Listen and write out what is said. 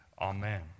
Amen